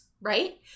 right